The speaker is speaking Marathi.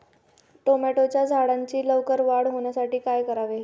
टोमॅटोच्या झाडांची लवकर वाढ होण्यासाठी काय करावे?